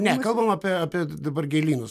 ne kalbam apie apie dabar gėlynus